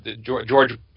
George